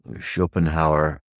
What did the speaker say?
Schopenhauer